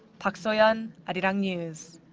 park soyun, arirang news.